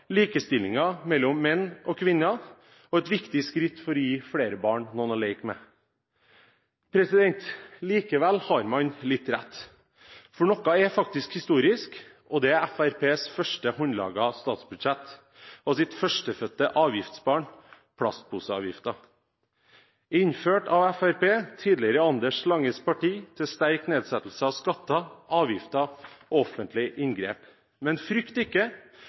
likestilling mellom menn og kvinner var et viktig skritt for å gi flere barn noen å leke med. Likevel har man litt rett, for noe er faktisk historisk, og det er Fremskrittspartiets første håndlagede statsbudsjett og førstefødte avgiftsbarn, plastposeavgiften, innført av Fremskrittspartiet, tidligere Anders Langes Parti til sterk nedsettelse av skatter, avgifter og offentlige inngrep. Men frykt ikke!